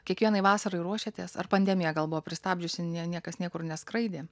kiekvienai vasarai ruošėtės ar pandemija gal buvo pristabdžiusi ne niekas niekur neskraidė